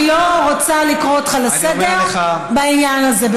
אני לא רוצה לקרוא אותך לסדר בעניין הזה.